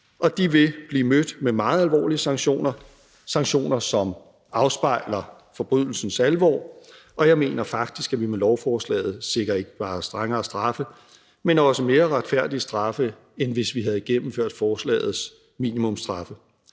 de vil blive mødt med meget alvorlige sanktioner – sanktioner, som afspejler forbrydelsens alvor – og jeg mener faktisk, at vi med lovforslaget sikrer ikke bare strengere straffe, men også mere retfærdige straffe, end hvis vi havde indført de i forslaget foreslåede minimumsstraffe.